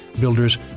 Builders